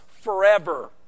forever